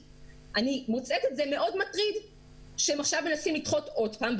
אני מוצאת את זה מאוד מטריד שהם מנסים עכשיו לדחות עוד פעם.